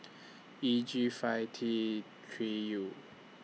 E G five T three U